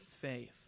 faith